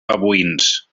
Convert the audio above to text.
babuïns